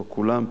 לא כולם,